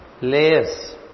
layers